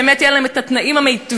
באמת יהיו להם התנאים המיטביים,